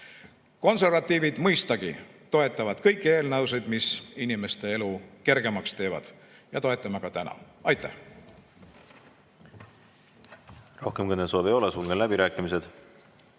Konservatiivid mõistagi toetavad kõiki eelnõusid, mis inimeste elu kergemaks teevad, ja toetame ka täna. Aitäh!